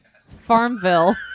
Farmville